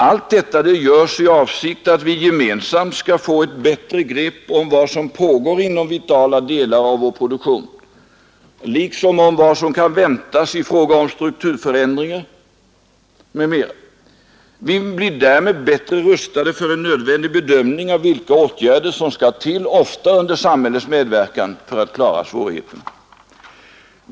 Allt detta görs i avsikt att vi gemensamt skall få ett bättre grepp om vad som pågår inom vitala delar av vår produktion liksom om vad som kan väntas i fråga om strukturförändringar m. m, Vi blir därmed bättre rustade för en nödvändig bedömning av vilka åtgärder som skall till, ofta under samhällets medverkan, för att klara svårigheterna.